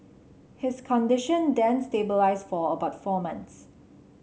his condition then stabilised for about four months